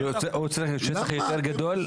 הוא צריך שטח יותר גדול?